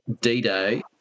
D-Day